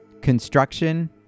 construction